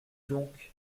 donc